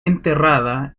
enterrada